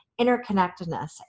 interconnectedness